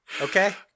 Okay